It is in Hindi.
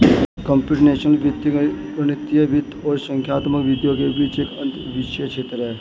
कम्प्यूटेशनल वित्त गणितीय वित्त और संख्यात्मक विधियों के बीच एक अंतःविषय क्षेत्र है